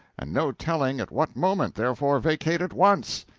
and no telling at what moment therefore, vacate at once.